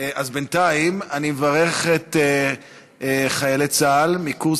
אז בינתיים אני מברך את חיילי צה"ל מקורס